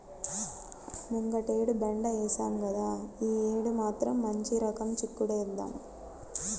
ముంగటేడు బెండ ఏశాం గదా, యీ యేడు మాత్రం మంచి రకం చిక్కుడేద్దాం